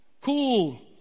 cool